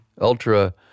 Ultra